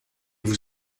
vous